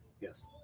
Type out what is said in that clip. Yes